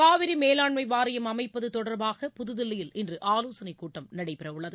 காவிரி மேலாண்மை வாரியம் அமைப்பது தொடர்பாக புதுதில்லியில் இன்று ஆலோசனை கூட்டம் நடைபெறவுள்ளது